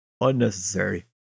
unnecessary